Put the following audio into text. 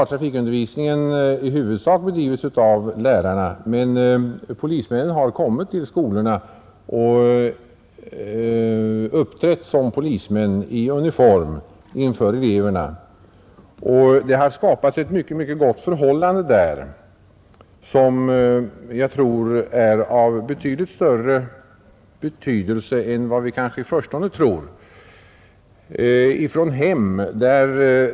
Trafikundervisningen har i huvudsak bedrivits av lärarna, men polismän har kommit till skolorna och uppträtt i uniform inför eleverna. Det har skapats ett mycket gott förhållande där, som nog är av mycket större betydelse än vad vi i förstone tror.